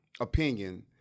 opinion